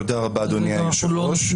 תודה רבה, אדוני היושב-ראש.